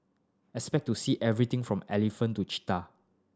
expect to see everything from elephant to cheetah